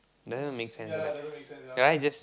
doesn't make sense what ya just